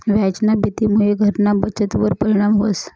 व्याजना भीतीमुये घरना बचतवर परिणाम व्हस